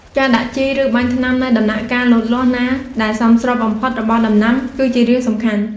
ការដាក់ជី ឬបាញ់ថ្នាំនៅដំណាក់កាលលូតលាស់ណាដែលសមស្របបំផុតរបស់ដំណាំ គឺជារឿងសំខាន់។